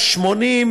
מעונות,